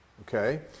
Okay